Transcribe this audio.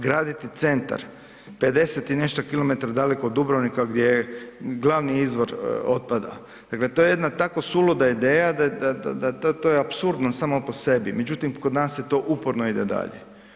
Graditi centar 50 i nešto kilometara daleko od Dubrovnika gdje je glavni izvor otpada, dakle to je jedna tako suluda ideja da je to je apsurdno samo po sebi, međutim kod nas se to uporno ide dalje.